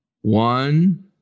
One